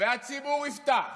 והציבור יפתח,